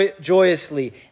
joyously